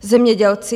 Zemědělci.